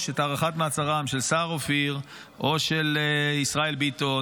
את הארכת מעצרם של סער אופיר או של ישראל ביטון